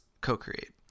co-create